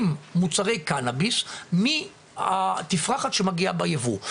מוצרי קנאביס מהתפרחת שמגיעה בייבוא.